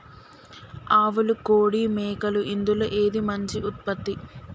ఆవులు కోడి మేకలు ఇందులో ఏది మంచి ఉత్పత్తి?